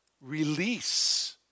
release